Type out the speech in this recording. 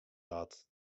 dat